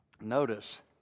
notice